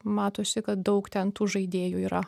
matosi kad daug ten tų žaidėjų yra